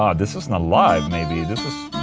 um this is not live maybe, this is.